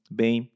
bem